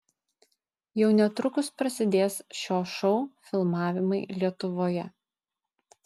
jau netrukus prasidės šio šou filmavimai lietuvoje